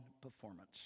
performance